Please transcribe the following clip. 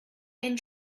and